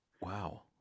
Wow